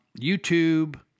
YouTube